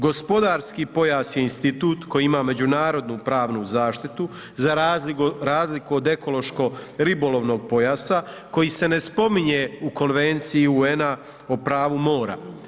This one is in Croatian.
Gospodarski pojas je institut koji ima međunarodnu pravnu zaštitu, za razliku od ekološko ribolovnog pojasa, koji se ne spominje u konvenciji UN-a o pravu mora.